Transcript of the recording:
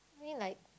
only like